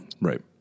Right